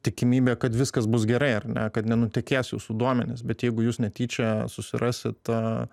tikimybė kad viskas bus gerai ar ne kad nenutekės jūsų duomenis bet jeigu jūs netyčia susirasit tą